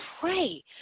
pray